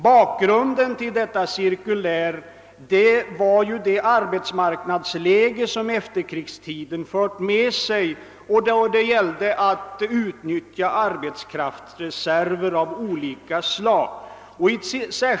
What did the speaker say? Bakgrunden till detta cirkulär var det arbetsmarknadsläge som efterkrigstiden förde med sig, där det gällde att utnyttja arbetskraftsreserver av olika slag.